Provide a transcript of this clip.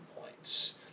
points